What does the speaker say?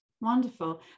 wonderful